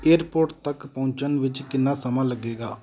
airport ਤੱਕ ਪਹੁੰਚਣ ਵਿੱਚ ਕਿੰਨਾ ਸਮਾਂ ਲੱਗੇਗਾ